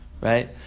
right